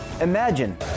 Imagine